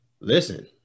Listen